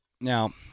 Now